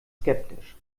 skeptisch